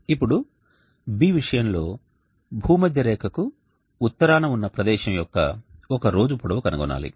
ఇప్పుడు B విషయంలో భూమధ్యరేఖకు ఉత్తరాన ఉన్న ప్రదేశం యొక్క ఒక రోజు పొడవు కనుగొనాలి